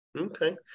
okay